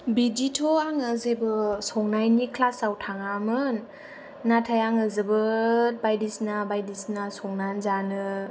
बिदिथ' आङो जेबो संनायनि क्लासाव थाङामोन नाथाय आङो जोबोद बायदिसिना बायदिसिना संनानै जानो